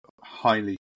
highly